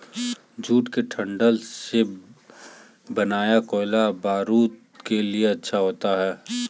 jute के डंठल से बना कोयला बारूद के लिए अच्छा होता है